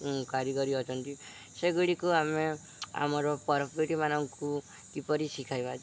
କାରିଗରୀ ଅଛନ୍ତି ସେଗୁଡ଼ିକୁ ଆମେ ଆମର ପରପିଢ଼ିମାନଙ୍କୁ କିପରି ଶିଖାଇବା